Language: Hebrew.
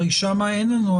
הרי שם אין לנו,